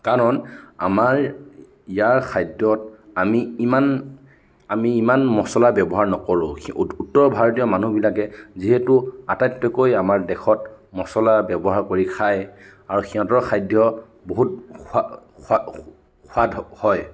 কাৰণ আমাৰ ইয়াৰ খাদ্যত আমি ইমান আমি ইমান মছলা ব্যৱহাৰ নকৰোঁ উত্তৰ ভাৰতীয় মানুহবিলাকে যিহেতু আটাইতকৈ আমাৰ দেশত মছলাৰ ব্যৱহাৰ কৰি খায় আৰু সিহঁতৰ খাদ্য বহুত সোৱাদ হয়